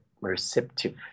receptive